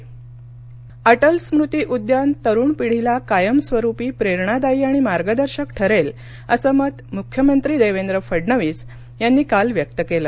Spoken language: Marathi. मरख्यमंत्री अटल स्मृती उद्यान तरुण पिढीला कायमस्वरुपी प्रेरणादायी आणि मार्गदर्शक ठरेल असं मत मृख्यमंत्री देवेंद्र फडणवीस यांनी काल व्यक्त केलं